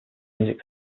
music